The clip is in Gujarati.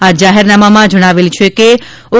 આ જાહેરનામામાં જણાવેલ છે કે તા